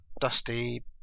Dusty